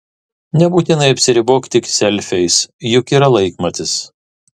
nebūtinai apsiribok tik selfiais juk yra laikmatis